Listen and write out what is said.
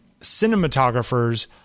cinematographers